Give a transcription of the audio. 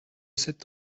sept